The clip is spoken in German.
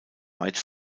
weit